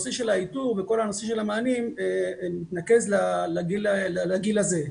הנושא של האיתור וכל הנושא של המענים מתנקז לגיל הזה,